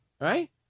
Right